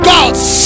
God's